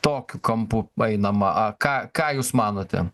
tokiu kampu einama ką ką jūs manote